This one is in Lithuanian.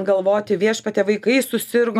galvoti viešpatie vaikai susirgo